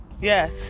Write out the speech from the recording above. yes